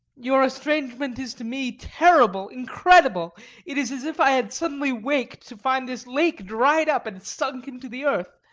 your estrangement is to me terrible, incredible it is as if i had suddenly waked to find this lake dried up and sunk into the earth.